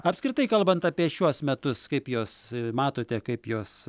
apskritai kalbant apie šiuos metus kaip juos matote kaip juos